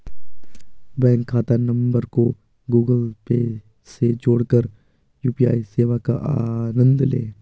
bank खाता नंबर को गूगल पे से जोड़कर यू.पी.आई सेवा का आनंद लें